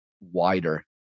wider